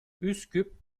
üsküp